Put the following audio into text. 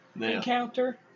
encounter